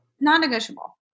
Non-negotiable